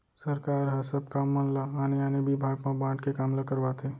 सरकार ह सब काम मन ल आने आने बिभाग म बांट के काम ल करवाथे